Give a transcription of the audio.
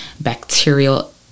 bacterial